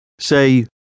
say